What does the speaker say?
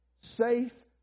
safe